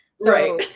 right